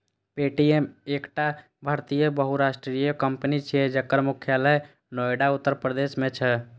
Paytm एकटा भारतीय बहुराष्ट्रीय कंपनी छियै, जकर मुख्यालय नोएडा, उत्तर प्रदेश मे छै